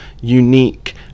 unique